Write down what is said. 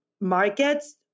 markets